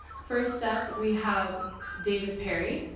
first up, we have david perry.